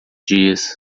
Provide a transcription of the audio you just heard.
dias